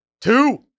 Two